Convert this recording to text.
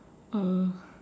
uh